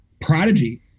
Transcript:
Prodigy